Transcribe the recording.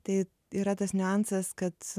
tai yra tas niuansas kad